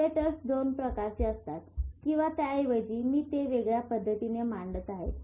receptors दोन प्रकारचे असतात किंवा त्याऐवजी मी ते वेगळ्या पद्धतीने मांडत आहे